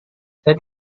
saya